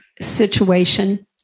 situation